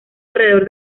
alrededor